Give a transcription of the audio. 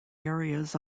areas